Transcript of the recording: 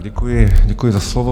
Děkuji, děkuji za slovo.